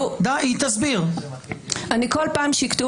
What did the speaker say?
אני מעדכן אותך שבזמן שאנחנו כאן באולם לשכתך